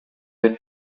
been